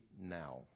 now